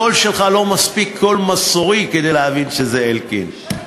הקול שלך לא מספיק מסורי כדי להבין שזה אלקין.